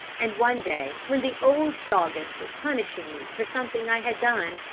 and one day when the old doggess was punishing me for something i had done,